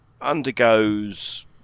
undergoes